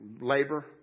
labor